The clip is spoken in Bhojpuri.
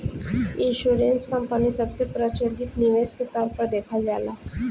इंश्योरेंस कंपनी सबसे प्रचलित निवेश के तौर पर देखल जाला